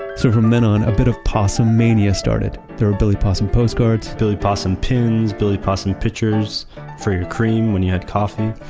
so from then on, a little bit of possum-mania started. there were billy possum postcards billy possum pins, billy possum pitchers for your cream when you had coffee.